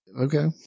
Okay